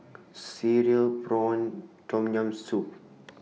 Cereal Prawns Tom Yam Soup